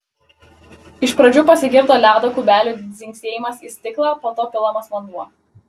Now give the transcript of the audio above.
iš pradžių pasigirdo ledo kubelių dzingsėjimas į stiklą po to pilamas vanduo